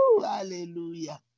Hallelujah